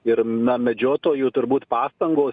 ir na medžiotojų turbūt pastangos